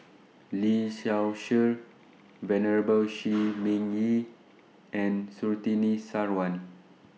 Lee Seow Ser Venerable Shi Ming Yi and Surtini Sarwan